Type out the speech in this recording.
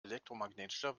elektromagnetischer